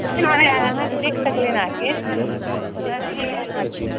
तऽ अहेँ आएब अहाँकऽ देखि सकली हन आके